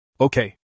Okay